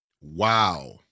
Wow